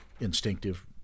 instinctive